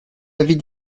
avis